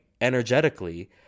energetically